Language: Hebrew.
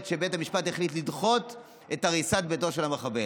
שבית המשפט החליט לדחות את הריסת ביתו של המחבל.